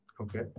Okay